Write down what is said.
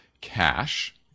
cash